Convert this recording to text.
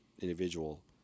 individual